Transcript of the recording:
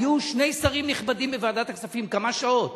היו שני שרים נכבדים בוועדת הכספים כמה שעות